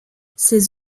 ses